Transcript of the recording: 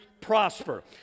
prosper